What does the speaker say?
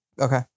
Okay